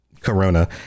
Corona